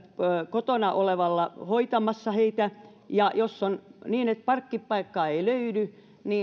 kotona olevan luona hoitamassa heitä ja jos on niin että parkkipaikkaa ei löydy